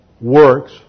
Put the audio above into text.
works